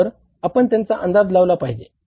तर आपण त्याचा अंदाज लावला पाहिजे